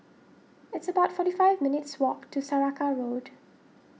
it's about forty five minutes walk to Saraca Road